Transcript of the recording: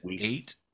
eight